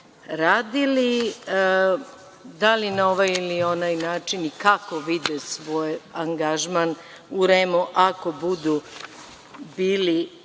radili, da li na ovaj ili onaj način i kako vide svoj angažman u REM-u, ako budu bili